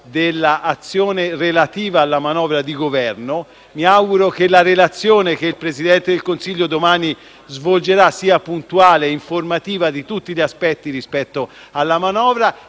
dell'azione relativa alla manovra di Governo. Mi auguro che la relazione che il Presidente del Consiglio domani svolgerà sia puntuale e informativa di tutti gli aspetti riguardanti la manovra.